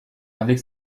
avec